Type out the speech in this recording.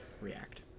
react